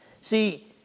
See